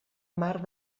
mar